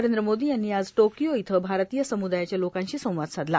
नरेंद्र मोदी यांनी आज टोकिओ इथं भारतीय सम्दायाच्या लोकांशी संवाद साधला